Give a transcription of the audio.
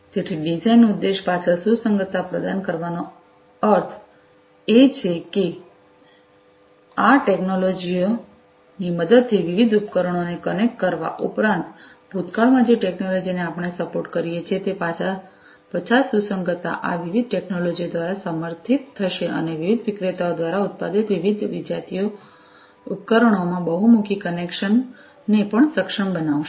તેથી ડિઝાઇન ઉદ્દેશ્યો પછાત સુસંગતતા પ્રદાન કરવાનો છે તેનો અર્થ એ છે કે આ ટેક્નોલોજીઓ ની મદદથી વિવિધ ઉપકરણોને કનેક્ટ કરવા ઉપરાંત ભૂતકાળમાં જે ટેક્નોલોજીઓ ને આપણે સપોર્ટ કરીએ છીએ તે પછાત સુસંગતતા આ વિવિધ ટેક્નોલોજીઓ દ્વારા સમર્થિત હશે અને વિવિધ વિક્રેતાઓ દ્વારા ઉત્પાદિત વિવિધ વિજાતીય ઉપકરણોમાં બહુમુખી કનેક્શન્સ કનેક્શન્સને પણ સક્ષમ બનાવશે